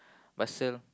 but still